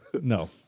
No